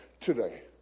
today